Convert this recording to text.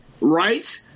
Right